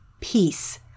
peace